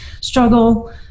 struggle